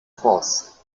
forst